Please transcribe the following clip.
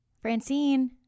Francine